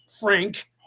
Frank